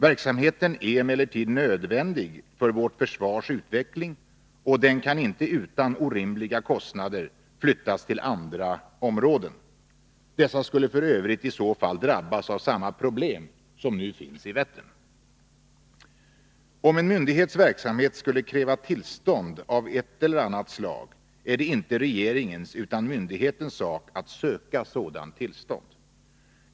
Verksamheten är emellertid nödvändig för vårt försvars utveckling, och den kan inte utan orimliga kostnader flyttas till andra områden. Dessa skulle f. ö. i så fall drabbas av samma problem som nu finns i Vättern. Om en myndighets verksamhet skulle kräva tillstånd av ett eller annat slag, är det inte regeringens utan myndighetens sak att söka sådant tillstånd.